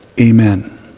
Amen